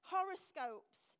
horoscopes